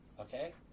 okay